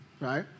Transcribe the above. right